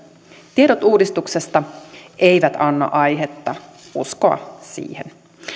tiedot uudistuksesta eivät anna aihetta uskoa siihen